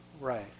Right